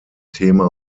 thema